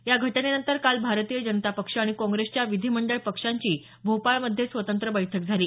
या घटनेनंतर काल भारतीय जनता पक्ष आणि काँग्रेसच्या विधीमंडळ पक्षांची भोपाळमध्ये स्वतंत्र बैठक झाली